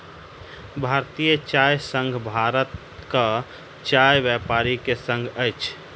भारतीय चाय संघ भारतक चाय व्यापारी के संग अछि